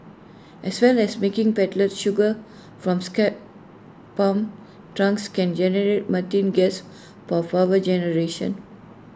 as well as making pellets sugar from scrapped palm trunks can generate methane gas for power generation